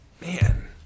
Man